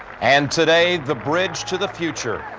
and today, the bridge to the future